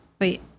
Wait